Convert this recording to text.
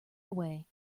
away